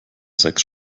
sechs